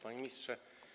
Panie Ministrze!